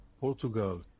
Portugal